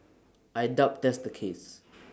I doubt that's the case